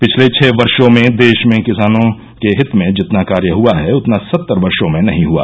पिछले छ वर्षो में देश में किसानों के हित में जितना कार्य हआ है उतना सत्तर वर्षो में नही हआ